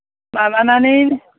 माबानानै